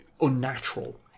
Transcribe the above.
unnatural